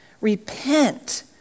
Repent